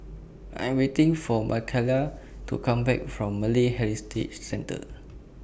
I Am waiting For Makaila to Come Back from Malay Heritage Centre